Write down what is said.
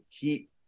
keep